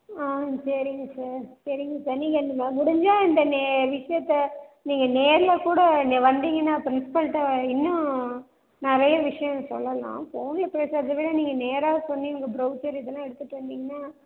ஆ சரிங்க சார் சரிங்க சார் நீங்கள் முடிஞ்சா இந்த நே விஷியத்தை நீங்கள் நேரில் கூட இங்கே வந்திங்கன்னா ப்ரின்சிபல்கிட்ட இன்னும் நிறைய விஷயம் சொல்லலாம் ஃபோனில் பேசுறதை விட நீங்கள் நேராக சொன்னிங்க ப்ரவ்சர் இதெல்லாம் எடுத்துகிட்டு வந்திங்கன்னா